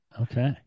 Okay